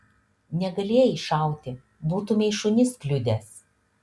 negalėjai šauti būtumei šunis kliudęs